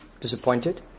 disappointed